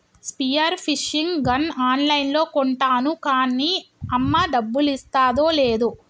spear fishing gun ఆన్ లైన్లో కొంటాను కాన్నీ అమ్మ డబ్బులిస్తాదో లేదో